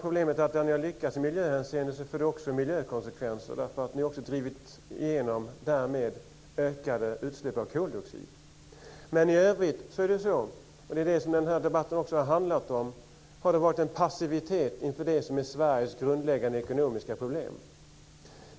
Problemet är bara att er framgång i miljöhänseende också har fått andra miljökonsekvenser, eftersom ni därmed har drivit igenom ökade utsläpp av koldioxid. I övrigt har det, vilket också denna debatt har handlat om, varit en passivitet inför det som är Sveriges grundläggande ekonomiska problem.